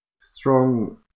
strong